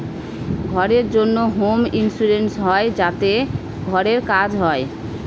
ঘরের জন্য home insurance হয় যাতে ঘরের কাজ হয়